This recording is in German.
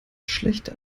schlechter